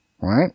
right